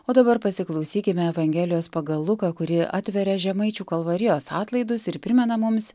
o dabar pasiklausykime evangelijos pagal luką kuri atveria žemaičių kalvarijos atlaidus ir primena mums